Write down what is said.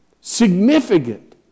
significant